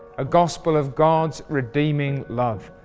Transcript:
a gospel of god's redeeming love,